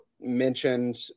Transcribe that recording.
mentioned